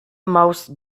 most